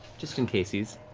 just in casies.